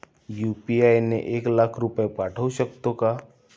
UPI ने एक लाख रुपये पाठवू शकतो का?